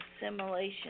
assimilation